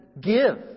give